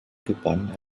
gewann